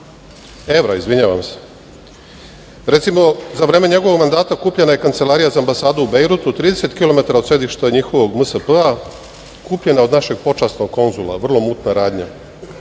150 hiljada evra. Recimo za vreme njegovog mandata kupljena je kancelarija za ambasadu u Bejrutu, 30 kilometara od sedišta njihovog MSP, kupljena od našeg počasnog konzula, vrlo mutna radnja.